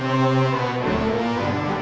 no